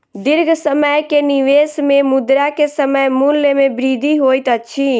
दीर्घ समय के निवेश में मुद्रा के समय मूल्य में वृद्धि होइत अछि